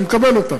אני מקבל אותם.